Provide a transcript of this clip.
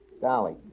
Dolly